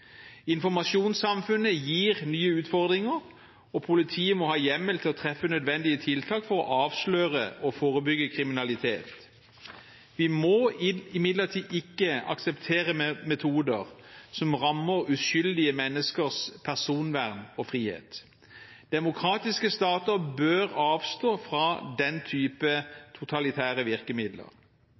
Informasjonssamfunnet gir nye utfordringer, og politiet må ha hjemmel til å treffe nødvendige tiltak for å avsløre og forebygge kriminalitet. Vi må imidlertid ikke akseptere metoder som rammer uskyldige menneskers personvern og frihet. Demokratiske stater bør avstå fra den type totalitære virkemidler.